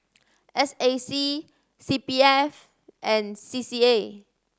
S A C C P F and C C A